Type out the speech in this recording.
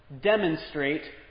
demonstrate